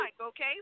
okay